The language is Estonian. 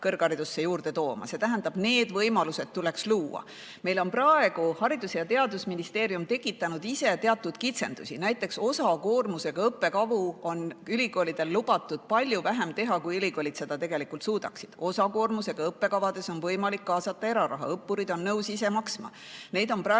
See tähendab, need võimalused tuleks luua. Meil on praegu Haridus‑ ja Teadusministeerium tekitanud ise teatud kitsendusi. Näiteks on osakoormusega õppekavu ülikoolidel lubatud palju vähem teha, kui ülikoolid seda tegelikult suudaksid. Osakoormusega õppekavadesse on võimalik kaasata eraraha, õppurid on nõus ise maksma. Neid [õppekavu]